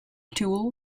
tool